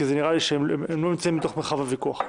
נראה לי שהם לא נמצאים בתוך מרחב הוויכוח.